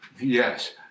Yes